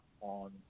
on